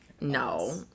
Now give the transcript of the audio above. No